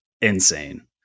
insane